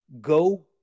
Go